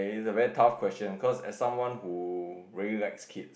this is very tough question cause as someone who very likes kid